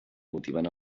motiven